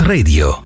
Radio